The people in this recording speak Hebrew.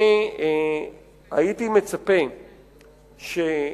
משפט אחרון: אני הייתי מצפה שכיוון